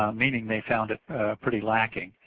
um meaning they found it pretty lacking.